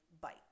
bite